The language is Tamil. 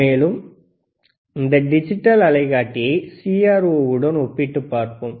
மேலும் இந்த டிஜிட்டல் அலைக்காட்டியை CRO உடன் ஒப்பிட்டுப் பார்ப்போம்